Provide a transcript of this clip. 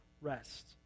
rest